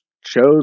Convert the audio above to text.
shows